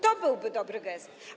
To byłby dobry gest.